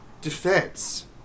defense